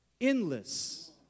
endless